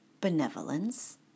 benevolence